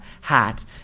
hat